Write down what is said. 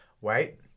Wait